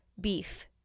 Beef